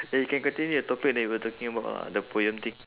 ya you can continue your topic then you were talking about ah the poem thing